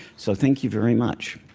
so thank you very much.